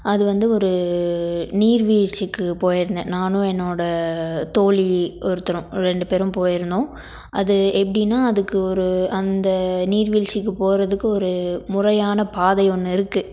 அது வந்து ஒரு நீர்வீழ்ச்சிக்கு போயிருந்தேன் நானும் என்னோடய தோழி ஒருத்தரும் ரெண்டு பேரும் போயிருந்தோம் அது எப்படின்னா அதுக்கு ஒரு அந்த நீர்வீழ்ச்சிக்கு போகிறதுக்கு ஒரு முறையான பாதை ஒன்று இருக்குது